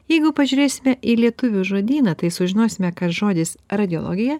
jeigu pažiūrėsime į lietuvių žodyną tai sužinosime kad žodis radiologija